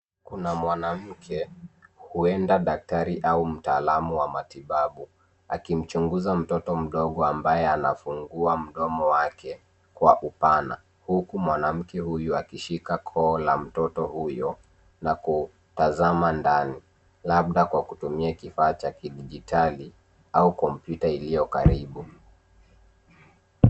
Kuna mwanamke, huenda daktari au mtaalamu wa matibabu akimchunguza mtoto mdogo ambaye anafungua mdomo wake kwa upana huku mwanamke huyo akishika koo la mtoto huyo na kutazama ndani labda kwa kutumia kifaa cha kidijitali au kompyuta iliyokaribu.